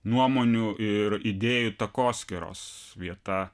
nuomonių ir idėjų takoskyros vieta